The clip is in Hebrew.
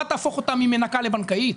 תהפוך אותה ממנקה לבנקאית?